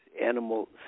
Animal